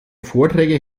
vorträge